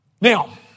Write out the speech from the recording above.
Now